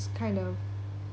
kind of